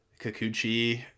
Kikuchi